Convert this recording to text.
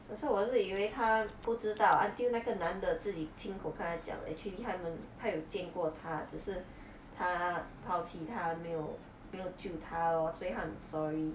可是我是以为他不知道 until 那个男的自己亲口跟他讲 actually 他们他有见过他只是他抛弃他没有没有救他 lor 所以他很 sorry